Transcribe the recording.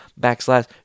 backslash